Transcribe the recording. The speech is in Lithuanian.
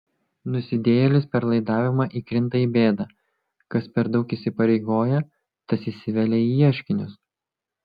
nusidėjėlis per laidavimą įkrinta į bėdą kas per daug įsipareigoja tas įsivelia į ieškinius